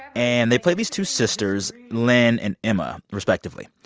and they play these two sisters, lyn and emma, respectively.